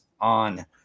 On